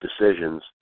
decisions